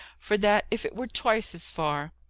for that, if it were twice as far.